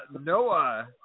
Noah